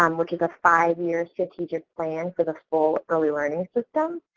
um which is a five-year strategic plan for the full early learning system.